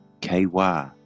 k-y